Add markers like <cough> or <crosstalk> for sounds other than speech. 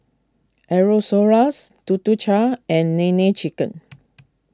Aerosoles Tuk Tuk Cha and Nene Chicken <noise>